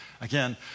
Again